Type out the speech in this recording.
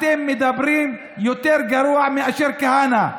אתם מדברים יותר גרוע מאשר כהנא.